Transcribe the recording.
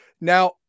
Now